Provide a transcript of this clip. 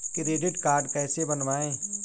Credit card कैसे बनवाएँ?